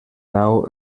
nau